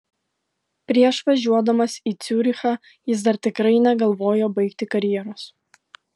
prieš važiuodamas į ciurichą jis dar tikrai negalvojo baigti karjeros